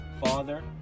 father